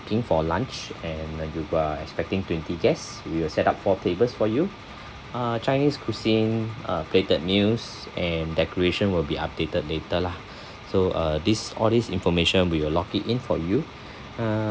booking for lunch and uh you are expecting twenty guests we will set up four tables for you uh chinese cuisine uh plated meals and decoration will be updated later lah so uh this all this information we will lock it in for you uh